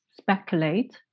speculate